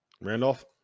Randolph